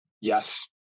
Yes